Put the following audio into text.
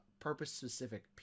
purpose-specific